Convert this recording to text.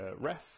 ref